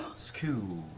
school?